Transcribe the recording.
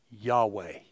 Yahweh